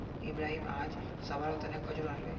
इब्राहिम अयेज सभारो तने खजूर आनले